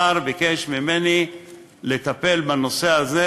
השר ביקש ממני לטפל בנושא הזה,